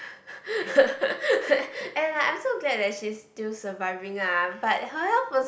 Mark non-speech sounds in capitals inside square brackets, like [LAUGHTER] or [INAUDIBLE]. [LAUGHS] and like I'm so glad that she is still surviving ah but her health was